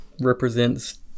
represents